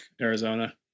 Arizona